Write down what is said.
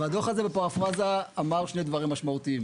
והדוח הזה בפרפראזה אמר שני דברים משמעותיים: